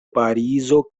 parizo